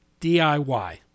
DIY